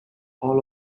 all